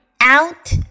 out